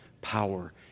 power